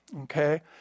okay